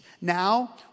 Now